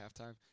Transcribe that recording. halftime